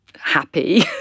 happy